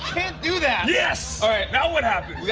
can't do that. yes! all right. now what happens?